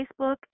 Facebook